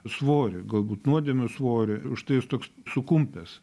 svorį galbūt nuodėmių svorį už tai jis toks sukumpęs